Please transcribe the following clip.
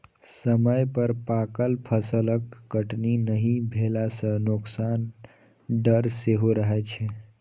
समय पर पाकल फसलक कटनी नहि भेला सं नोकसानक डर सेहो रहै छै